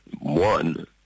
one